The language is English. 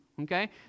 okay